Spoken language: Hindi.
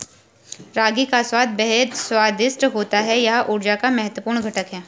रागी का स्वाद बेहद स्वादिष्ट होता है यह ऊर्जा का महत्वपूर्ण घटक है